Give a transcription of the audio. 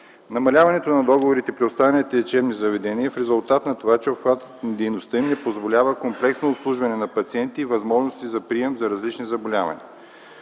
Намаляването на договорите при останалите лечебни заведения е в резултат на това, че обхватът на дейността им не позволява комплексно обслужване на пациенти и възможности за прием за различни заболявания.